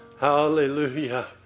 Hallelujah